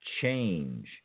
Change